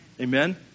Amen